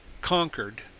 conquered